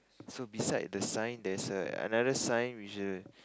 so beside the sign there's a another sign which err